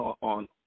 on